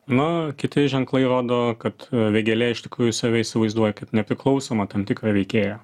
nu kiti ženklai rodo kad vėgėlė iš tikrųjų save įsivaizduoja kaip nepriklausomą tam tikrą veikėją